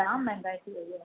जाम महांगाई थी वई आहे